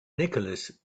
nicholas